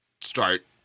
start